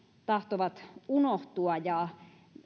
tahtovat unohtua ja